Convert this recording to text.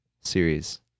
series